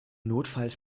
notfalls